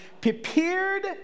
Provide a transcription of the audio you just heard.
prepared